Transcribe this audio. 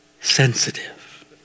sensitive